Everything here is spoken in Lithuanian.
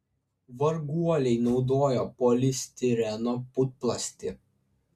varguoliai naudojo polistireno putplastį